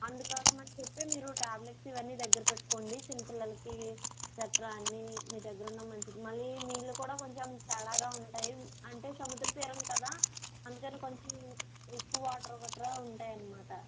అందుకోసం అని చెప్పి మీరు టాబ్లెట్స్ ఇవన్నీ దగ్గర పెట్టుకోండి చిన్న పిల్లలకి గట్రా అన్ని మీ దగ్గర ఉండడం మంచిది మళ్ళీ నీళ్ళు కూడా కొంచెం తేడాగా ఉంటాయి అంటే సముద్ర తీరం కదా అందుకని కొంచెం ఉప్పు వాటర్ గట్రా ఉంటాయి అనమాటా